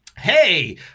hey